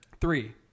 three